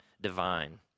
divine